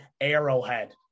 Arrowhead